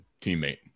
teammate